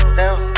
down